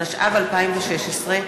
התשע"ו 2016,